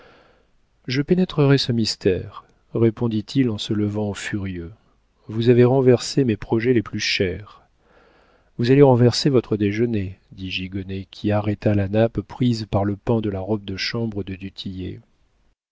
je pénétrerai ce mystère répondit-il en se levant furieux vous avez renversé mes projets les plus chers vous allez renverser votre déjeuner dit gigonnet qui arrêta la nappe prise par le pan de la robe de chambre de